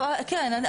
כן.